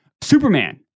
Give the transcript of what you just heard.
Superman